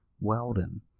Weldon